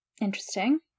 Interesting